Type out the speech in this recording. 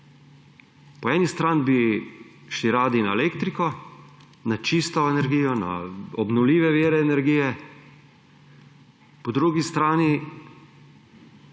Po eni strani bi šli radi na elektriko, na čisto energijo, na obnovljive vire energije, po drugi strani